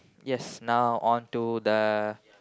yes now on to the